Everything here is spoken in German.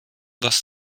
was